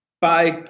Bye